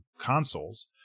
consoles